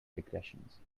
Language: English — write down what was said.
regressions